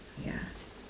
ya